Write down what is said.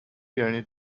earned